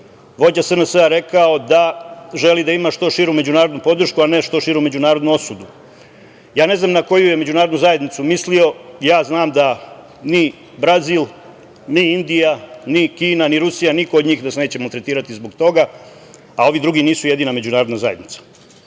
vođa SNS-a rekao da želi da ima što širu međunarodnu podršku, a ne što širu međunarodnu osudu. Ja ne znam na koju je međunarodnu zajednicu mislio, ja znam da ni Brazil, ni Indija, ni Kina, ni Rusija, niko od njih nas neće maltretirati zbog toga, a ovi drugi nisu jedina međunarodna zajednica. Znači,